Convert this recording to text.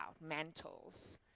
mantles